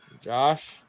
Josh